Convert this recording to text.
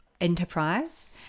enterprise